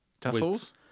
tassels